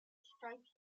stripes